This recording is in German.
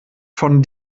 von